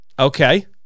Okay